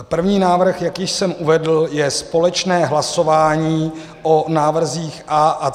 První návrh, jaký jsem uvedl, je společné hlasování o návrzích A a C.